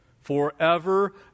forever